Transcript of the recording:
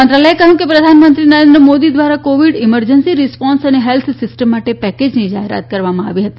મંત્રાલયે કહ્યું કે પ્રધાનમંત્રી નરેન્દ્ર મોદી દ્વારા કોવિડ ઇમર્જન્સી રિસ્પોન્સ અને હેલ્થ સિસ્ટમ માટે પેકેજની જાહેરાત કરવામાં આવી હતી